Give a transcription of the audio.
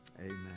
amen